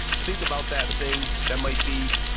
think about that thing that might be